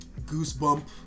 goosebump